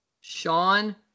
Sean